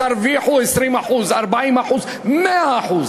תרוויחו 20%, 40%, 100%,